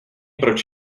proč